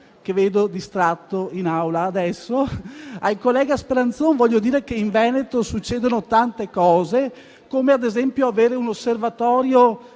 che vedo distratto in Aula adesso, voglio dire che in Veneto succedono tante cose, come ad esempio avere un osservatorio